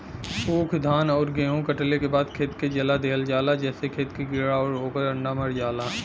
ऊख, धान आउर गेंहू कटले के बाद खेत के जला दिहल जाला जेसे खेत के कीड़ा आउर ओकर अंडा मर जाला